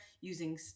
using